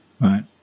Right